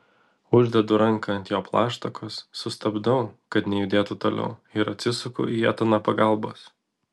uždedu ranką ant jo plaštakos sustabdau kad nejudėtų toliau ir atsisuku į etaną pagalbos